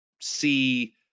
see